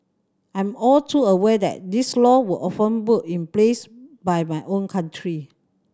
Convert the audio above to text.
I'm all too aware that these law were often put in place by my own country